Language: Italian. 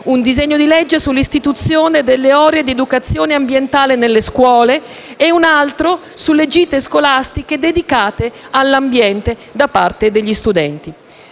un disegno di legge sull'istituzione delle ore di educazione ambientale nelle scuole e un altro sulle gite scolastiche dedicate all'ambiente da parte degli studenti.